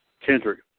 Kendrick